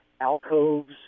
alcoves